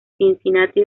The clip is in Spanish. cincinnati